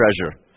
treasure